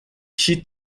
she